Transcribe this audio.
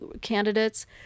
candidates